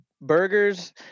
burgers